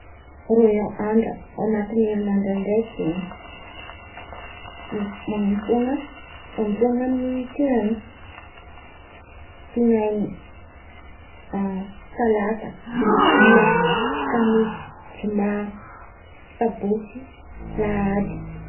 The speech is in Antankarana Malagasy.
Roe andra anaty herinandra araiky zen̈y man̈ompoan̈a tinainy tin̈ain̈y talata robia kamisy zoma sabôtsy lahady.